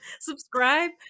subscribe